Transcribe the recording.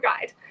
guide